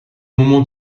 monument